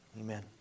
Amen